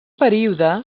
període